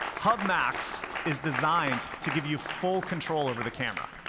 hub max is designed to give you full control over the camera.